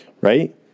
right